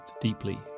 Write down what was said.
deeply